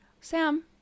Sam